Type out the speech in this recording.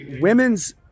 women's